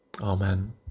Amen